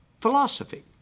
philosophy